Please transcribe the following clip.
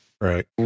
Right